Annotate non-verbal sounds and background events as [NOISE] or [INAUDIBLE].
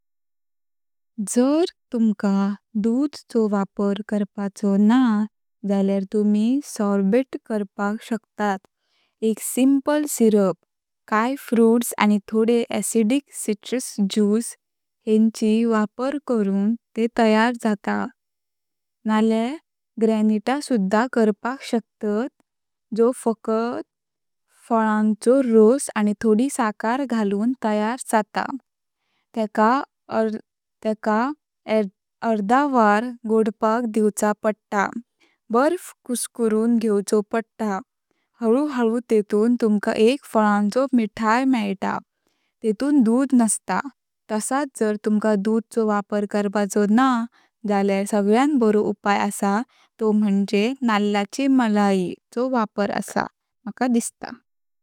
जर तुमका दूध चो वापार करपाचो ना जाल्यार तुम्ही सॉर्बेट करपाक शकतात, एक सिंपल सिरप। काय फ्रूट्स आनी थोडे ऍसिडिक साइट्रस ज्यूस हेंचो वापार करुन ते तयार जाता, नलया ग्रॅनिटा सुध्दा करपाक शकतात जो फकत फलांचो रस आनी थोडी साखर घालून तयार जाता। तेका [HESITATION] अर्दा वोर गोठपाक दिव्च्या पडता। बर्फ कुस्कुरुन घेव्चो पडता। हलुहलु तेथून तुमका एक फलांचो मिठाय मेळता, तेथून दूध नस्ता। तसच जर तुमका दूध चो वापार करपाचो ना जाल्यार सगळ्यान बरो उपाय असा तं म्हांजे नल्लाची मलाई चो वापार असा मका दिसता।